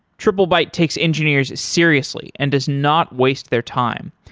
triplebyte takes engineers seriously and does not waste their time.